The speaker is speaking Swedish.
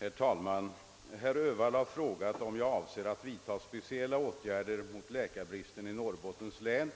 Herr talman! Herr Öhvall har frågat, om jag avser att vidta speciella åtgärder mot läkarbristen i Norrbottens län,